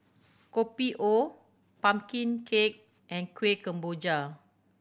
Kopi O pumpkin cake and Kueh Kemboja